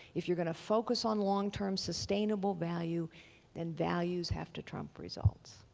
if you're going to focus on long-term sustainable value then values have to trump results,